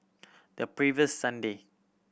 the previous Sunday